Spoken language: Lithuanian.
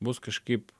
bus kažkaip